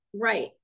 Right